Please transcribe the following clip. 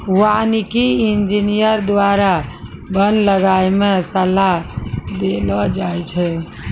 वानिकी इंजीनियर द्वारा वन लगाय मे सलाह देलो जाय छै